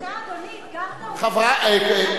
בבקשה, אדוני, אתגרת אותי.